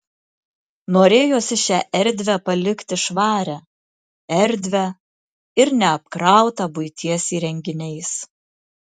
norėjosi šią erdvę palikti švarią erdvią ir neapkrautą buities įrenginiais